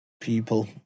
people